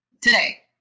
today